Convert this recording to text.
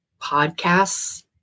podcasts